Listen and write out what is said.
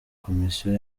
komisiyo